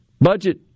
budget